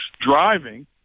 driving